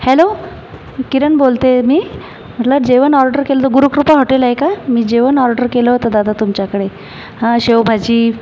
hello Kiran बोलते मी म्हटलं जेवण ऑर्डर केलं होतं गुरूकृपा हॉटेल आहे का मी जेवण ऑर्डर केलं होतं दादा तुमच्याकडे हा शेव भाजी